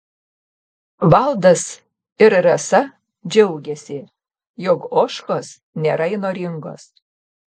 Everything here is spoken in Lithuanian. valdas ir rasa džiaugiasi jog ožkos nėra įnoringos